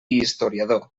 historiador